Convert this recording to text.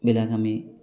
এইবিলাক আমি